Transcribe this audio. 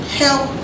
help